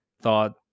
thought